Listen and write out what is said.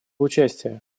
участия